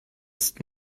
ist